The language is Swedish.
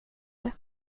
det